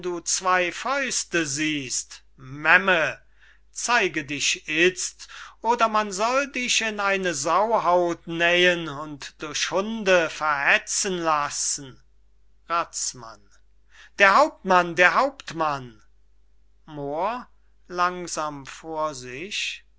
zwey fäuste siehst memme zeige dich itzt oder man soll dich in eine sauhaut nähen und durch hunde verhetzen lassen razmann der hauptmann der hauptmann moor